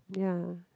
ya